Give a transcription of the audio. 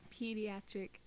Pediatric